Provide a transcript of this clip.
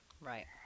Right